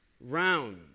round